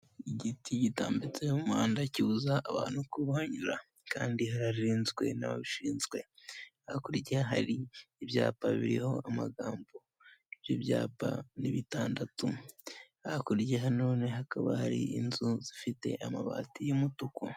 Igiti kitambitse mu muhanda kibuza abantu kuhanyura kandi hararinzwe n'ababishinzwe hakurya hari ibyapa biriho amagambo ni ibyapa bitandatu hakurya yabyo none hakaba hari inzu zifite amabati y'umutuku .